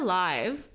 live